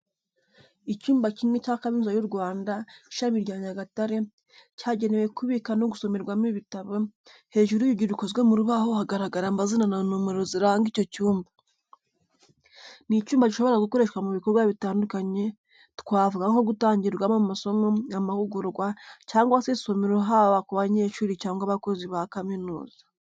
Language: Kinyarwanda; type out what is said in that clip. Icyumba kimwe cya Kaminuza y'u Rwanda, Ishami rya Nyagatare cyagenewe kubika no gusomerwamo ibitabo, hejuru y'urugi rukozwe mu rubaho hagaragara amazina na nomero ziranga icyo cyumba. Ni icyumba gishobora gukoreshwa mu bikorwa bitandukanye, twavuga nko gutangirwamo amasomo, amahugurwa, cyangwa se isomero haba ku banyeshuri cyangwa abakozi ba kaminuza.